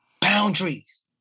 boundaries